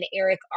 Eric